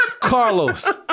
Carlos